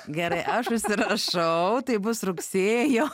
gerai aš užsirašau tai bus rugsėjo